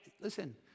listen